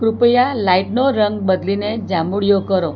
કૃપયા લાઈટનો રંગ બદલીને જાંબુડિયો કરો